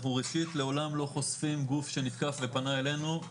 אנחנו לעולם לא חושפים גוף שנתקף ופנה אלינו,